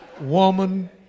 Woman